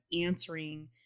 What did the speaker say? answering